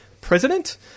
president